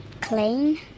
clean